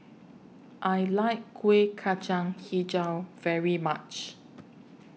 I like Kuih Kacang Hijau very much